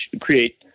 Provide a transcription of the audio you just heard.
create